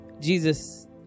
Jesus